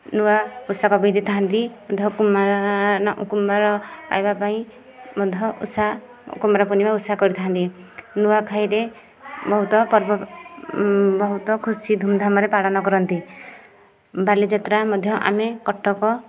ନୂଆ ପୋଷାକ ପିନ୍ଧିଥାନ୍ତି କୁମାର ପାଇବା ପାଇଁ ମଧ୍ୟ ଓଷା କୁମାର ପୂର୍ଣିମା ଓଷା କରିଥାନ୍ତି ନୂଆଖାଇରେ ବହୁତ ପର୍ବ ବହୁତ ଖୁସି ଧୁମଧାମରେ ପାଳନ କରନ୍ତି ବାଲି ଯାତ୍ରା ମଧ୍ୟ ଆମେ କଟକ